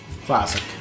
Classic